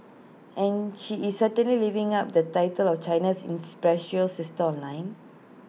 and she is certainly living up the title of China's inspirational sister online